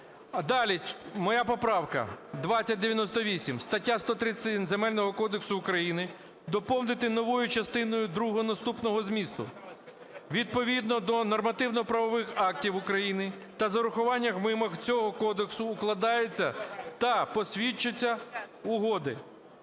Далі. Моя поправка 2098. Стаття 131 Земельного кодексу України, доповнити новою частиною другою наступного змісту: "Відповідно до нормативно-правових актів України та з урахуванням вимог цього Кодексу укладаються та посвідчуються угоди".